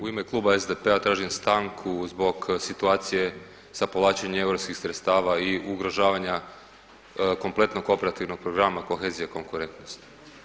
U ime klub SDP-a tražim stanku zbog situacije sa povlačenjem europskih sredstava i ugrožavanja kompletnog operativnog Programa Kohezija konkurentnosti.